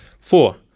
Four